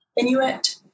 Inuit